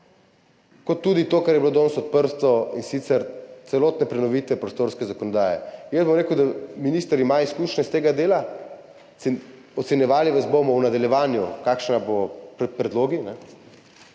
ter tudi to, kar je bilo danes odprto, in sicer celotne prenovitve prostorske zakonodaje. Jaz bom rekel, da minister ima izkušnje iz tega dela. Ocenjevali vas bomo v nadaljevanju, kakšni bodo predlogi.